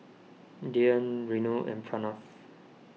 Dhyan Renu and Pranav